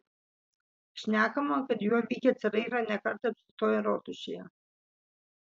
šnekama kad juo vykę carai yra ne kartą apsistoję rotušėje